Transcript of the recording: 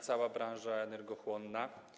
Cała branża energochłonna.